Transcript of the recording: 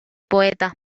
poeta